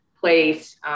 place